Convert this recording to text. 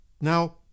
Now